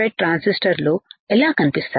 ట్రాన్సిస్టర్లు ఎలా కనిపిస్తాయో